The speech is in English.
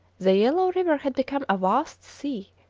the yellow river had become a vast sea,